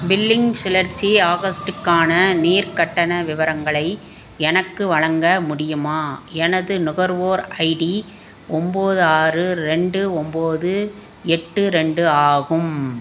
billing சுழற்சி ஆகஸ்ட்டுக்கான நீர் கட்டண விவரங்களை எனக்கு வழங்க முடியுமா எனது நுகர்வோர் ஐடி ஒன்போது ஆறு ரெண்டு ஒன்போது எட்டு ரெண்டு ஆகும்